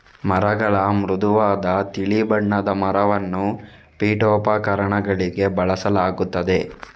ಮರಗಳ ಮೃದುವಾದ ತಿಳಿ ಬಣ್ಣದ ಮರವನ್ನು ಪೀಠೋಪಕರಣಗಳಿಗೆ ಬಳಸಲಾಗುತ್ತದೆ